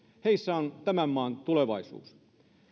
heissä on tämän maan tulevaisuus